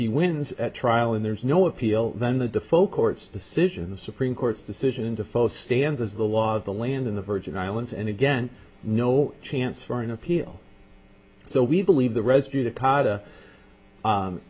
he wins at trial and there's no appeal then the defoe court's decision the supreme court's decision to follow stands as the law of the land in the virgin islands and again no chance for an appeal so we believe the residue the